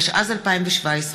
התשע"ז 2017,